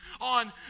on